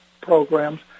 Programs